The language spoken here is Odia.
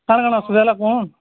କ'ଣ କ'ଣ ଅସୁବିଧା ହେଲା କୁହ